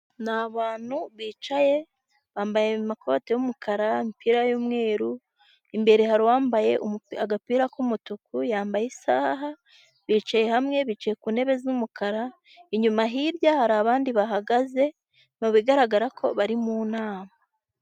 Ni abantu bicaye, bambaye amakoti y'umukara, imipira y'umweru, imbere hari uwambaye agapira k'umutuku, yambaye isaha, bicaye hamwe, bicaye ku ntebe z'umukara, inyuma hirya hari abandi bahagaze mu bigaragara ko bari mu nama.